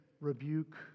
rebuke